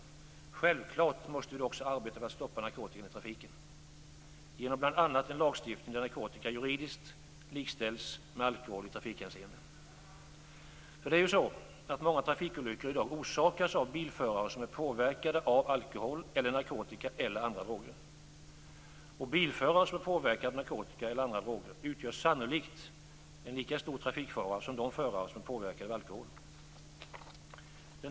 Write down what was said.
Självklart måste vi då också arbeta för att stoppa narkotikan i trafiken, bl.a. genom en lagstiftning där narkotika juridiskt likställs med alkohol i trafikhänseende. För det är ju så att många trafikolyckor i dag orsakas av bilförare som är påverkade av alkohol, narkotika eller andra droger. Bilförare som är påverkade av narkotika eller andra droger utgör sannolikt en lika stor trafikfara som de förare som är påverkade av alkohol.